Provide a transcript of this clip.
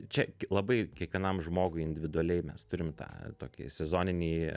čia labai kiekvienam žmogui individualiai mes turim tą tokį sezoninį